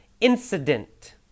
incident